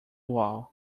wall